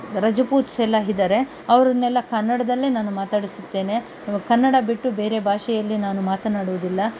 ರಜಪೂತ್ರೆಲ್ಲ ಇದ್ದಾರೆ ಅವರನ್ನೆಲ್ಲ ಕನ್ನಡದಲ್ಲೇ ನಾನು ಮಾತಾಡಿಸುತ್ತೇನೆ ಕನ್ನಡ ಬಿಟ್ಟು ಬೇರೆ ಭಾಷೆಯಲ್ಲಿ ನಾನು ಮಾತನಾಡುವುದಿಲ್ಲ